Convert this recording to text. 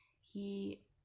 he-